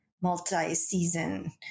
multi-season